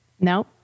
No